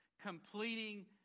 completing